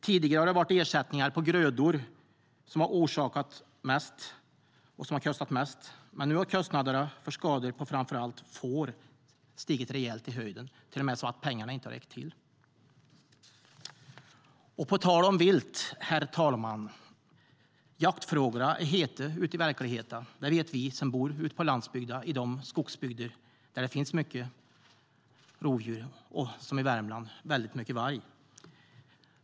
Tidigare har det varit ersättningar på grödor som har kostat mest, men nu har kostnaderna för skador på framför allt får stigit i höjden rejält - till och med så mycket att pengarna inte har räckt till. På tal om vilt, herr talman, är jaktfrågorna heta ute i verkligheten. Det vet vi som bor ute på landsbygden i de skogsbygder där det finns mycket rovdjur, som i Värmland där det finns väldigt mycket varg.